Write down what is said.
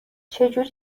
چهجوری